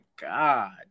God